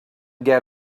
get